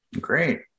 Great